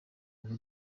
bundi